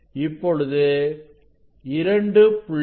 இப்பொழுது 2